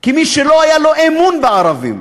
כמי שלא היה לו אמון בערבים,